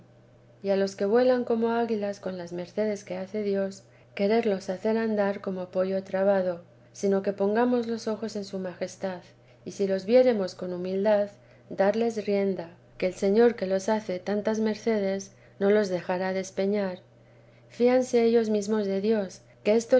santa madre lan como águilas con las mercedes que les hace dios quererlos hacer andar como pollo trabado sino que pongamos los ojos en su majestad y si los viéremos con humildad darles la rienda que el señor que les hace tantas mercedes no los dejará despeñar fíanse ellos mesmos de dios